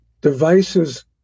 devices